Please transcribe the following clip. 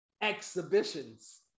exhibitions